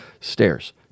stairs